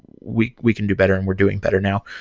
we we can do better, and we're doing better now.